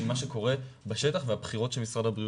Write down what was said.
זה פשוט לא מתכתב עם המציאות.